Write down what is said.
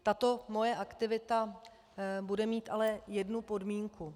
Tato moje aktivita bude mít ale jednu podmínku.